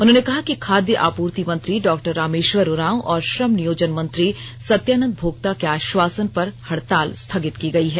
उन्होंने कहा कि खाद्य आपूर्ति मंत्री डॉक्टर रामेषवर उरांव और श्रम नियोजन मंत्री सत्यानंद भोक्ता के आष्वासन पर हड़ताल स्थगित की गयी है